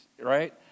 right